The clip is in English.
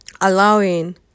allowing